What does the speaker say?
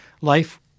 life